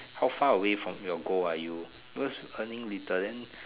how far away from your goal are you because earning return